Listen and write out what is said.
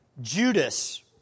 Judas